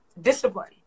discipline